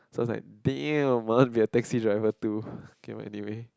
so I was like !damn! I want to have taxi driver too can go anywhere